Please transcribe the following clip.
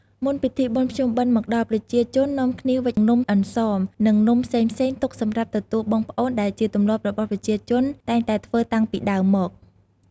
មុនពិធីបុណ្យភ្ជុំបិណ្ឌមកដល់ប្រជាជននាំគ្នាវិចនំអន្សម និងនំផ្សេងៗទុកសម្រាប់ទទួលបងប្អូនដែលជាទម្លាប់របស់ប្រជាជនតែងតែធ្វើតាំងពីដើមមក។